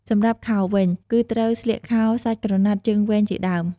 សម្រាប់ខោវិញ គឺត្រូវពាក់ខោសាច់ក្រណាត់ជើងវែងជាដើម។